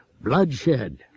bloodshed